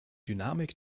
dynamik